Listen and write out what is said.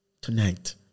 tonight